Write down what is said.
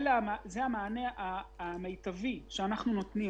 זה המענה המיטבי שאנחנו נותנים